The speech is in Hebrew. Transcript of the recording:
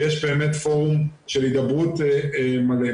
ויש באמת פורום של הידברות מלא.